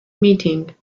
meeting